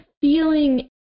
feeling